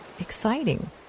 exciting